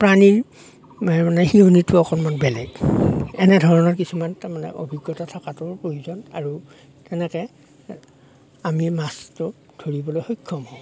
প্ৰাণীৰ এই মানে শিয়নীটো অকণমান বেলেগ এনেধৰণৰ কিছুমান তাৰ মানে অভিজ্ঞতা থকাটোও প্ৰয়োজন আৰু তেনেকৈ আমি মাছটো ধৰিবলৈ সক্ষম হওঁ